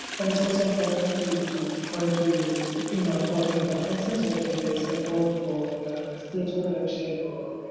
and it's also important to to point to you know important references, whether it is a book or a theater production and or